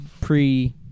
pre